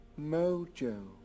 Mojo